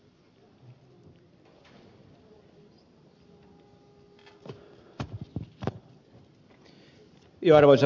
arvoisa puhemies